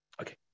Okay